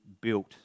built